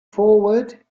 forward